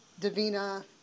Davina